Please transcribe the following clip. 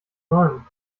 neuem